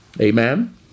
amen